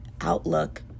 outlook